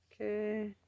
Okay